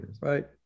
right